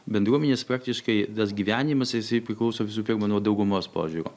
bendruomenės praktiškai tas gyvenimas jisai priklauso visų pirma nuo daugumos požiūrio